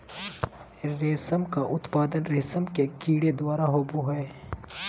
रेशम का उत्पादन रेशम के कीड़े द्वारा होबो हइ